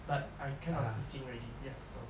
but I kind of 死心 already ya so